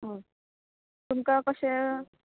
हय तुमका कशें